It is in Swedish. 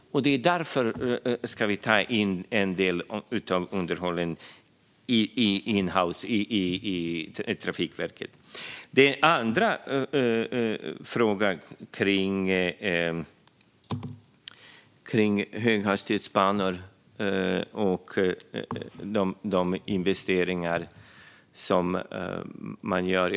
Därför ska vi ta in en del av underhållet in-house i Trafikverket. Den andra frågan gäller höghastighetsbanor och investeringarna där.